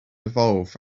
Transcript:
evolve